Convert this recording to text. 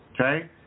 Okay